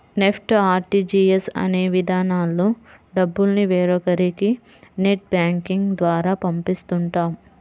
NEFT, RTGS అనే విధానాల్లో డబ్బుల్ని వేరొకరికి నెట్ బ్యాంకింగ్ ద్వారా పంపిస్తుంటాం